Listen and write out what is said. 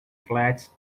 flats